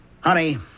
Honey